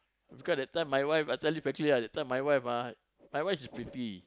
because that time my wife to tell you the truth my wife ah my wife she pretty